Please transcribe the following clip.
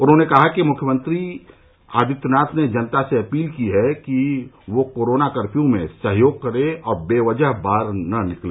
उन्होंने कहा कि मुख्यमंत्री आदित्यनाथ ने जनता से अपील की है कि वह कोरोना कर्फ्यू में सहयोग करे और बेवजह बाहर न निकले